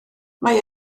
mae